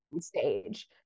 stage